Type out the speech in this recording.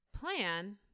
plan